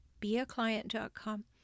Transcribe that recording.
beaclient.com